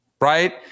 right